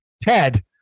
Ted